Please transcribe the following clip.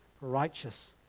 righteous